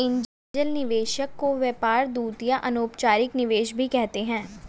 angel निवेशक को व्यापार दूत या अनौपचारिक निवेशक भी कहते हैं